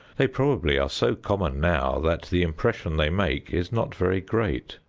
they probably are so common now that the impression they make is not very great.